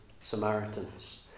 Samaritans